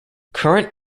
current